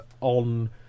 on